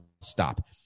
stop